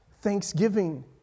thanksgiving